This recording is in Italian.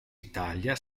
italia